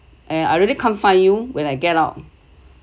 and I really can’t find you when I get out